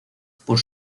por